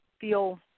feel